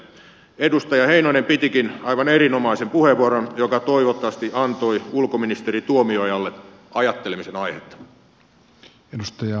edustaja heinonen pitikin aivan erinomaisen puheenvuoron joka toivottavasti antoi ulkoministeri tuomiojalle ajattelemisen aihetta